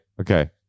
Okay